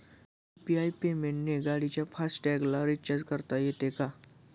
UPI पेमेंटने गाडीच्या fast टॅगला रिर्चाज करता येते का?